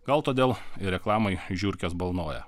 gal todėl ir reklamai žiurkes balnoja